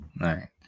right